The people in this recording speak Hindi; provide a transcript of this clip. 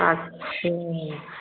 अच्छा